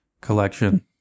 collection